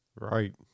Right